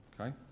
Okay